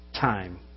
Time